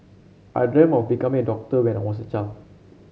I dreamt of becoming a doctor when I was a child